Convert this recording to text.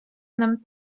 нам